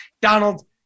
Donald